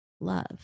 Love